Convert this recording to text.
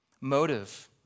motive